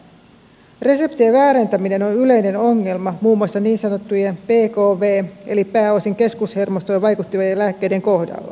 reseptien väärentäminen on yleinen ongelma muun muassa niin sanottujen pkv eli pääosin keskushermostoon vaikuttavien lääkkeiden kohdalla